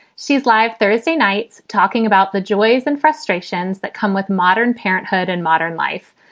she's live thursday night talking about the joys and frustrations that come with modern parenthood and modern life.